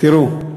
תראו,